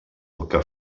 que